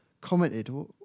commented